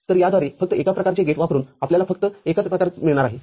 तर याद्वारे फक्त एका प्रकारचे गेट वापरुनआपल्याला फक्त एकच प्रकार मिळणार आहे